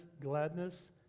gladness